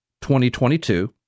2022